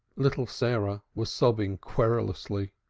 little sarah was sobbing querulously.